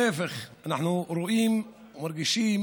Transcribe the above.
להפך, אנחנו רואים ומרגישים